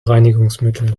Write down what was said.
reinigungsmittel